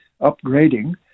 upgrading